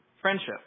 Friendship